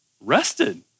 Rested